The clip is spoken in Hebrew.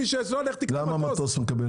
למה מטוס מקבל?